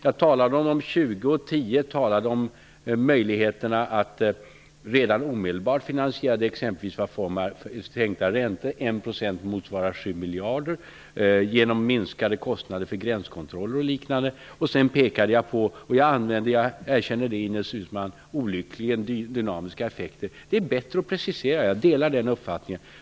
Jag talade om de 20 och 10 och om möjligheterna till en omedelbar finansiering, t.ex. i form av sänkta räntor -- 1 % motsvarar 7 miljarder -- samt genom minskade kostnader för gränskontroller och liknande. Sedan använde jag det olyckliga -- jag erkänner det, Ines Uusmann -- uttrycket dynamiska effekter. Det är bättre att precisera sig, och jag delar den uppfattningen.